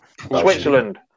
Switzerland